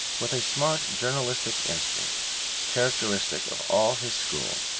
with a smart journalistic instinct characteristic of all his school,